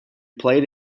played